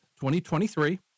2023